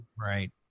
Right